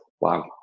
wow